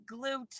glute